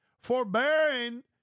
forbearing